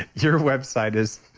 your website is